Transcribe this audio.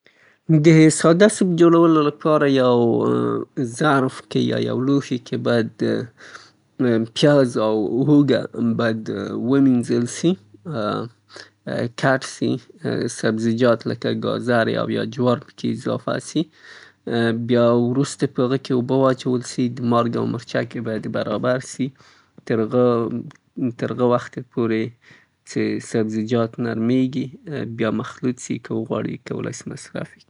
د ساده سوپ د جوړولو د پاره یو څه کټ سوي پیاز ، اوږه او هر ډول سبزیجات له غوړو سره یوځای سي او جوش اوبه باید ورته اضافه سي، د مسالو او هر ډول حبوباتو سره څه تاسې یې خوښوئ ورته اضافه یې کئ بیا یې له شلو نه تر دیرشو دقیقو لپاره پرېږدئ تر څو پورې اماده سي او وروسته د هغه نه بیا تاسې کولای سئ هغه چمتو سي او، استفاده یې کئ.